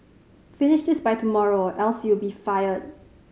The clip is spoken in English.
finish this by tomorrow or else you'll be fired